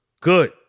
Good